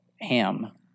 ham